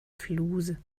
fluse